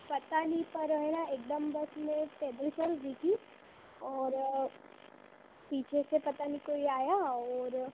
पता नहीं पर आया एकदम बस मैं पैदल चल रही थी और पीछे से पता नहीं कोई आया और